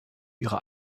ihre